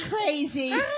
crazy